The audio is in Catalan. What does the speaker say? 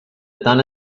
tant